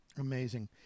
amazing